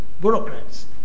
bureaucrats